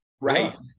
Right